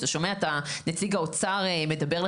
כשאתה שומע את נציג האוצר מדבר על